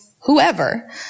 whoever